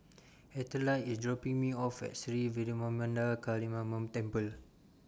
Ethyle IS dropping Me off At Sri Vairavimada Kaliamman Temple